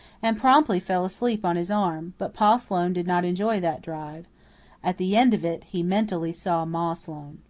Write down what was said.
and promptly fell asleep on his arm but pa sloane did not enjoy that drive at the end of it he mentally saw ma sloane.